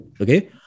Okay